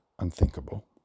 unthinkable